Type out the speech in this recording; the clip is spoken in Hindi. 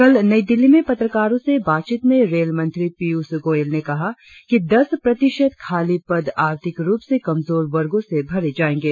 कल नई दिल्ली में पत्रकारों से बातचीत में रेल मंत्री पीयूष गोयल ने कहा कि दस प्रतिशत खाली पद आर्थिक रुप से कमजोर वर्गों से भरे जाएंगे